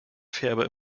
färber